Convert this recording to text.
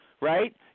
right –